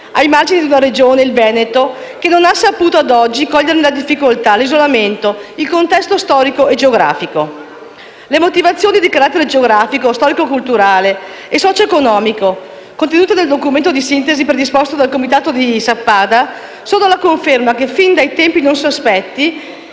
ai margini di una Regione, il Veneto, che non ha saputo ad oggi coglierne le difficoltà, l'isolamento, il contesto storico e geografico. Le motivazioni di carattere geografico, storico-culturale e socio-economico, contenute nel documento di sintesi predisposto dal comitato di Sappada, sono la conferma che fin da tempi non sospetti